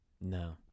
No